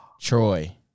Troy